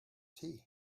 tea